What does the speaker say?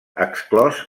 exclòs